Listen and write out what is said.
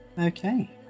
Okay